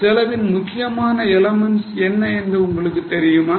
செலவின் முக்கியமான எலிமென்ட்ஸ் என்றால் என்ன என்று உங்களுக்கு தெரியுமா